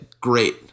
great